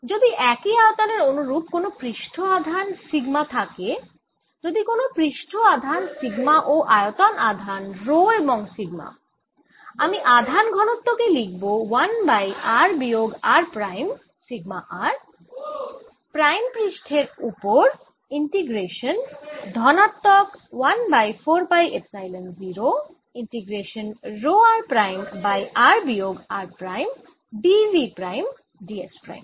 যদি একই আয়তনের অনুরূপ কোনও পৃষ্ঠ আধান সিগমা থাকে যদি কোনও পৃষ্ঠ আধান সিগমা ও আয়তন আধান রো এবং সিগমা আমি আধান ঘনত্ব কে লিখব 1 বাই r বিয়োগ r prime sigma r prime পৃষ্ঠের উপর ইন্টিগ্রেশান ধনাত্মক 1 by 4 pi epsilon 0 integration rho r prime by r বিয়োগ r prime d v prime d s prime